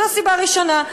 זו סיבה ראשונה.